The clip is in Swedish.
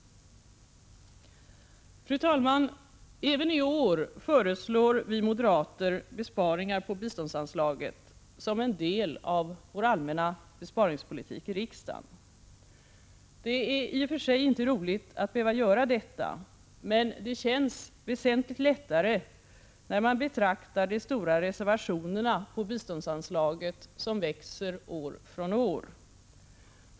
Fru talman! Även i år föreslår vi moderater besparingar på biståndsanslaget, som en del av vår allmänna besparingspolitik i riksdagen. Det är i och för sig inte roligt att behöva göra detta, men det känns väsentligt lättare när man betraktar de stora reservationerna på biståndsanslaget som växer år från år.